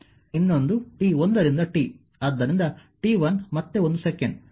ಇನ್ನೊಂದು t1 ರಿಂದ t ಆದ್ದರಿಂದ t1 ಮತ್ತೆ ಒಂದು ಸೆಕೆಂಡ್ ಇದು ಒಂದು ಮತ್ತು t 2 ಸೆಕೆಂಡ್